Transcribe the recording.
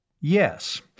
Yes